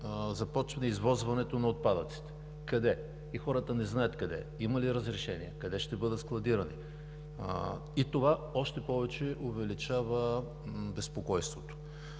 започне извозването на отпадъците. Къде? Хората не знаят къде. Има ли разрешение? Къде ще бъдат складирани? Това още повече увеличава безпокойството.